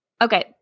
Okay